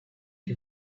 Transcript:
you